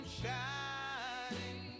shining